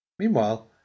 Meanwhile